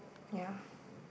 ya